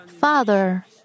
Father